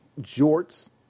jorts